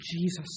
Jesus